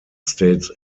states